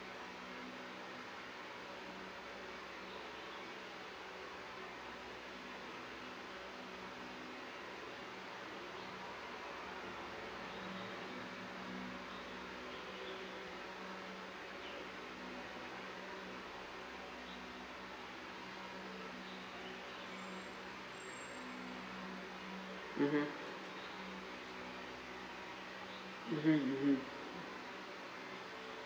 mmhmm mmhmm mmhmm